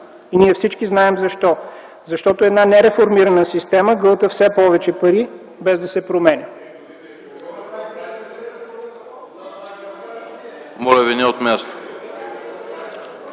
и ние всички знаем защо, защото една нереформирана система гълта все повече пари, без да се променя.